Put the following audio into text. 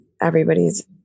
everybody's